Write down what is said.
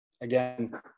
again